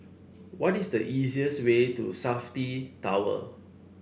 what is the easiest way to Safti Tower